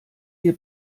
dir